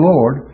Lord